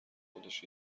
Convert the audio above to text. خودش